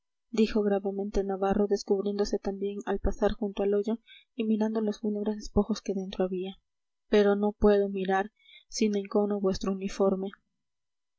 dijo gravemente navarro descubriéndose también al pasar junto al hoyo y mirando los fúnebres despojos que dentro había pero no puedo mirar sin encono vuestro uniforme